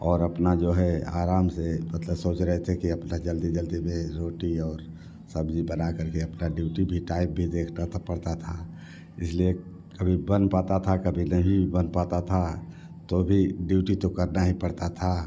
और अपना जो है आराम से मतलब सोच रहे थे कि अपना जल्दी जल्दी में रोटी और सब्जी बनाकर के अपना ड्यूटी भी टाइम पर ही देखना था पड़ता था इसलिए कभी बन पाता था कभी नहीं भी बन पाता था तो भी ड्यूटी तो करना ही पड़ता था